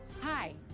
Hi